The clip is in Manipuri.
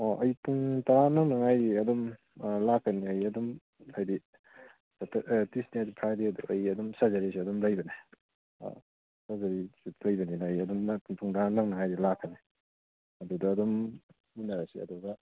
ꯑꯣ ꯑꯩ ꯄꯨꯡ ꯇꯔꯥ ꯅꯪꯅꯉꯥꯏꯒꯤ ꯑꯗꯨꯝ ꯂꯥꯛꯀꯅꯤ ꯑꯩ ꯑꯗꯨꯝ ꯍꯥꯏꯗꯤ ꯇ꯭ꯋꯨꯁꯗꯦ ꯅꯇ꯭ꯔꯒ ꯐ꯭ꯔꯥꯏꯗꯦꯗꯣ ꯑꯩ ꯑꯗꯨꯝ ꯁꯔꯖꯔꯤꯁꯦ ꯑꯗꯨꯝ ꯂꯩꯕꯅꯦ ꯁꯔꯖꯔꯤꯁꯨ ꯂꯩꯕꯅꯤꯅ ꯑꯗꯨꯝ ꯑꯩ ꯄꯨꯡ ꯇꯔꯥ ꯅꯪꯅꯉꯥꯏꯒꯤ ꯂꯥꯛꯀꯅꯤ ꯑꯗꯨꯗ ꯑꯗꯨꯝ ꯎꯅꯔꯁꯤ ꯑꯗꯨꯒ